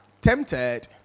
tempted